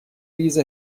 ریز